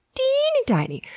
teeny tiny!